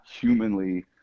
humanly